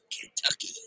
Kentucky